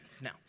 Now